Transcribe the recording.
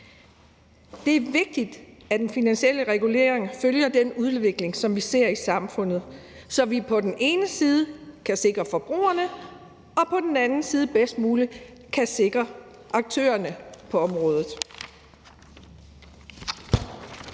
Det er vigtigt, at den finansielle regulering følger den udvikling, som vi ser i samfundet, så vi på den ene side kan sikre forbrugerne og på den anden side bedst muligt kan sikre aktørerne på området.